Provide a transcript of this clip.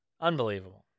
Unbelievable